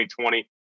2020